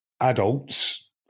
adults